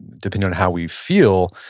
depending on how we feel,